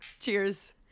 Cheers